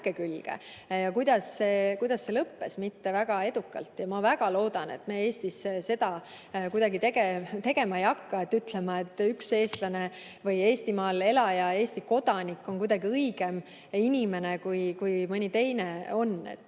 Kuidas see lõppes? Mitte väga edukalt. Ma väga loodan, et me Eestis seda kuidagi tegema ei hakka, et ütleme, et üks eestlane või Eestimaal elaja, Eesti kodanik on kuidagi õigem inimene kui mõni teine.